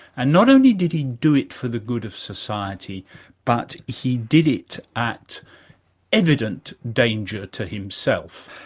and not only did he do it for the good of society but he did it at evident danger to himself.